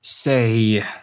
Say